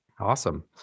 Awesome